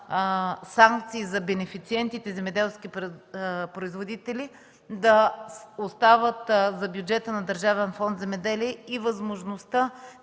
санкции за бенефициентите – земеделски производители, да остават за бюджета на Държавен фонд „Земеделие” и възможността